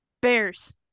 Bears